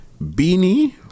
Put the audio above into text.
Beanie